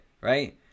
right